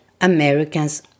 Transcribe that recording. Americans